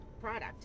product